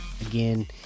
again